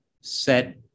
set